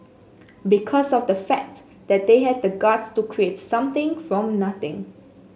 because of the fact that they had the guts to create something from nothing